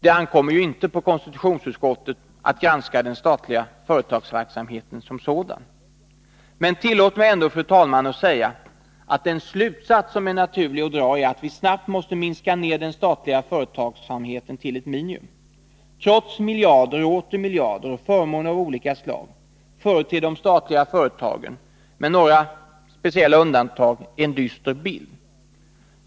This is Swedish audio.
Det ankommer inte på konstitutionsutskottet att granska den statliga företagsverksamheten som sådan, men tillåt mig ändå säga att den slutsats som är naturlig att dra är att vi snabbt måste minska ner den statliga företagsamheten till ett minimum. Trots miljarder och åter miljarder och förmåner av olika slag företer de statliga företagen med några speciella undantag en dyster bild.